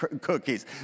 cookies